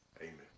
Amen